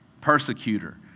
Persecutor